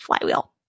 flywheel